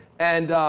and